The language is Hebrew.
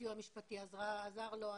הסיוע המשפטי עזר לו,